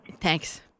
Thanks